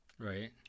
Right